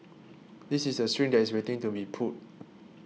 this is a string that is waiting to be pulled